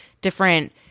different